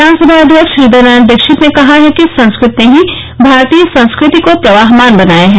विधानसभा अध्यक्ष हृदय नारायण दीक्षित ने कहा है कि संस्कृत ने ही भारतीय संस्कृति को प्रवाहमान बनाया है